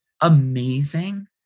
amazing